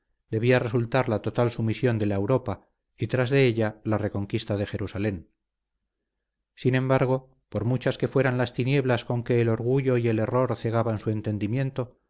debía resultar la total sumisión de la europa y tras de ella la reconquista de jerusalén sin embargo por muchas que fueran las tinieblas con que el orgullo y el error cegaban su entendimiento